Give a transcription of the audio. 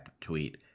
tweet